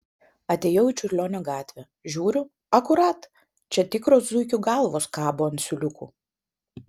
atėjau į čiurlionio gatvę žiūriu akurat čia tikros zuikių galvos kabo ant siūliukų